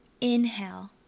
Inhale